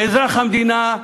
כאזרח המדינה: